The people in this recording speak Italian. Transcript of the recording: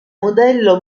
modello